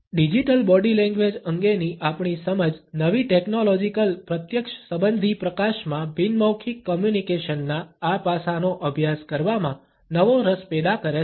digital body language અંગેની આપણી સમજ નવી ટેકનોલોજીકલ પ્રત્યક્ષ સબંધી પ્રકાશમાં બિન મૌખિક કોમ્યુનિકેશનના આ પાસાનો અભ્યાસ કરવામાં નવો રસ પેદા કરે છે